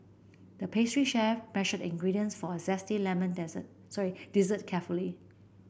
the pastry chef measured the ingredients for a zesty lemon desert sorry dessert carefully